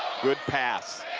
good pass.